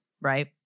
right